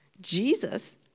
Jesus